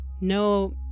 No